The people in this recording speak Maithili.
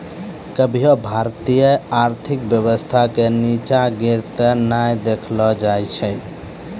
कभियो भारतीय आर्थिक व्यवस्था के नींचा गिरते नै देखलो जाय छै